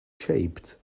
shaped